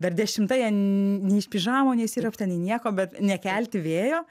dar dešimta jie n iš pižamų neišsiropštę nei nieko bet nekelti vėjo